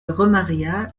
remaria